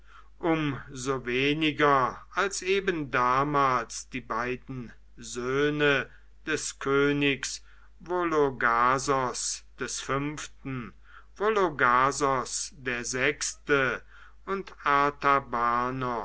um so weniger als eben damals die beiden söhne des königs vologasos v vologasos vi und